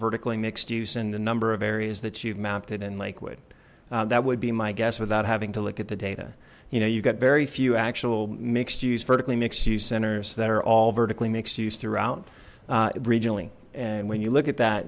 vertically mixed use and a number of areas that you've mapped it in lakewood that would be my guess without having to look at the data you know you've got very few actual mixed use vertically mixed use centers that are all vertically mixed use throughout regionally and when you look at that